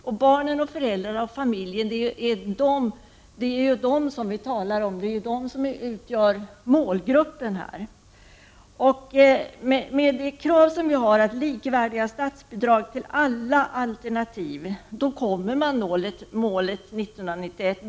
Och det är ju familjen — barnen och föräldrarna — som vi här talar om och som utgör målgruppen. Med det krav som vi har, likvärdiga statsbidrag till alla alternativ, kommer man bra mycket närmare målet 1991.